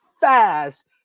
fast